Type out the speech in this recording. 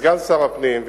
סגן שר הפנים,